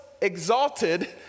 exalted